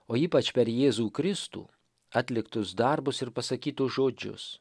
o ypač per jėzų kristų atliktus darbus ir pasakytus žodžius